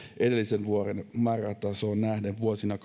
edellisen vuoden määrärahatasoon nähden vuosina